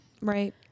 Right